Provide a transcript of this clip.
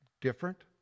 Different